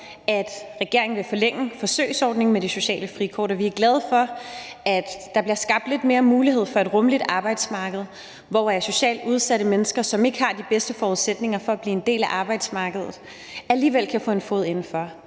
at regeringen vil forlænge forsøgsordningen med det sociale frikort, og vi er glade for, at der bliver skabt lidt bedre mulighed for et rummeligt arbejdsmarked, hvor socialt udsatte mennesker, som ikke har de bedste forudsætninger for at blive en del af arbejdsmarkedet, alligevel kan få en fod indenfor.